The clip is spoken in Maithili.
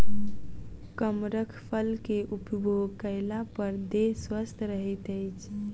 कमरख फल के उपभोग कएला पर देह स्वस्थ रहैत अछि